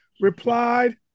replied